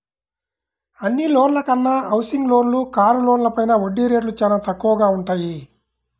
అన్ని లోన్ల కన్నా హౌసింగ్ లోన్లు, కారు లోన్లపైన వడ్డీ రేట్లు చానా తక్కువగా వుంటయ్యి